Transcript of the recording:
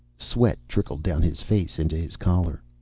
sweat trickled down his face, into his collar.